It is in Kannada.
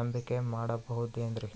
ನಂಬಿಕೆ ಮಾಡಬಹುದೇನ್ರಿ?